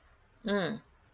mm